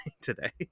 today